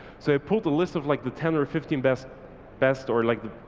so pulled a list of like the ten or fifteen best best or like the